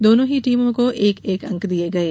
दोनों ही टीमों कों एक एक अंक दिये गये